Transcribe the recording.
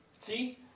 See